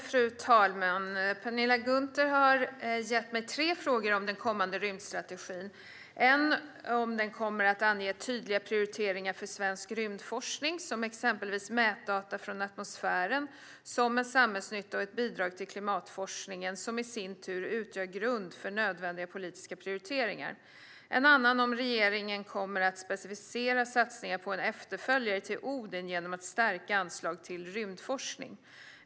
Fru talman! Penilla Gunther har gett mig tre frågor om den kommande rymdstrategin: En fråga gäller om den kommer att ange tydliga prioriteringar för svensk rymdforskning, som exempelvis mätdata från atmosfären som en samhällsnytta och ett bidrag till klimatforskningen, som i sin tur utgör grund för nödvändiga politiska prioriteringar. En annan fråga handlar om huruvida regeringen kommer att specificera satsningar på en efterföljare till Odin genom stärkta anslag till rymdforskning.